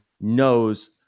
knows